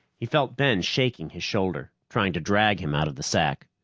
he felt ben shaking his shoulder, trying to drag him out of the sack.